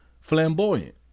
flamboyant